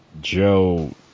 Joe